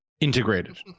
integrated